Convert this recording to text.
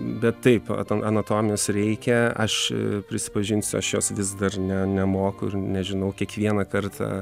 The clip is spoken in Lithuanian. bet taip anatomijos reikia aš prisipažinsiu aš jos vis dar ne nemoku ir nežinau kiekvieną kartą